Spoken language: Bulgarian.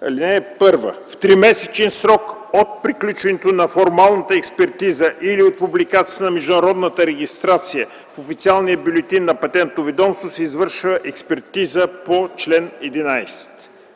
така: „(1) В тримесечен срок от приключване на формалната експертиза или от публикацията на международната регистрация в официалния бюлетин на Патентното ведомство се извършва експертиза по чл. 11.”